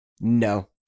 No